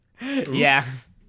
yes